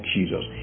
Jesus